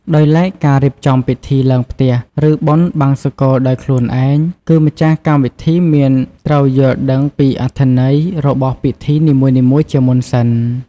ដោយឡែកការរៀបចំពិធីឡើងផ្ទះ ឬបុណ្យបង្សុកូលដោយខ្លួនឯង គឺម្ចាស់កម្មវិធីមានត្រូវយល់ដឹងពីអត្ថន័យរបស់ពីធីនីមួយៗជាមុនសិន។